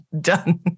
done